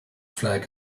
flag